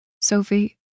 Sophie